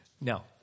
No